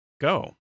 go